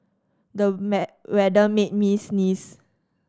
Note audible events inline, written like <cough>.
the <unintelligible> weather made me sneeze